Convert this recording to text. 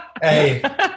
Hey